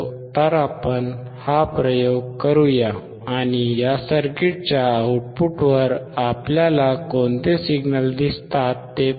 तर आपण हा प्रयोग करू या आणि या सर्किटच्या आउटपुटवर आपल्याला कोणते सिग्नल दिसतात ते पाहू